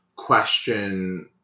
Question